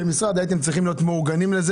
כמשרד הייתם צריכים להיות מאורגנים לכך